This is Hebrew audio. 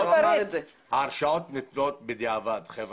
ההרשאות ניתנות בדיעבד.